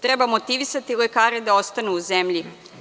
Treba motivisati lekare da ostanu u zemlji.